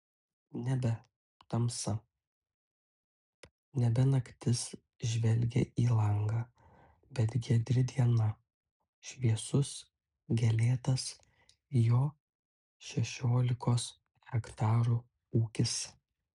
nebe tamsa nebe naktis žvelgė į langą bet giedri diena šviesus gėlėtas jo šešiolikos hektarų ūkis